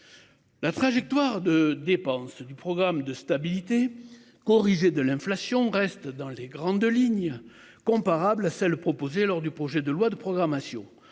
La trajectoire de dépenses du programme de stabilité corrigé de l'inflation reste dans les grandes lignes comparable à celle proposée lors du projet de loi de programmation.